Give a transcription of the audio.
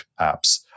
apps